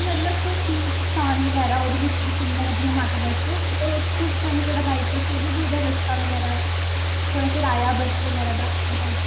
मतलब कोई तीर्थ स्थान बगैरा ओह्दी बिच्च बी घूमना जियां माता वैष्णो तुस मैनु थोह्ड़ा गाइड करी सकदे कि ओह्दा रस्ता बगैरा थोह्ड़ा कराया बस बगैरा दा ओह्दा